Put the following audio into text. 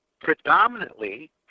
predominantly